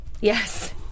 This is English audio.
Yes